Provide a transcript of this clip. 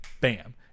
bam